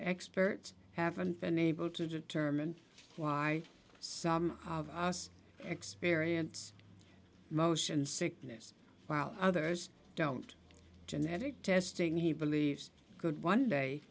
experts haven't been able to determine why some of us experience motion sickness while others don't genetic testing he believes could one day